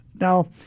Now